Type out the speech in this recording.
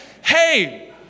hey